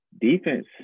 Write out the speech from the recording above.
defense